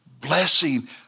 blessing